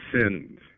sinned